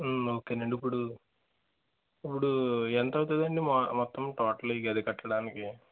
okay అండి ఇప్పుడు ఇప్పుడు ఎంత అవుతుంది అండి మొ మొత్తం టోటల్ ఈ గది కట్టడానికి